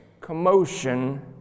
commotion